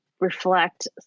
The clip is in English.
reflect